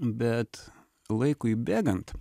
bet laikui bėgant